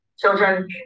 Children